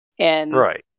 Right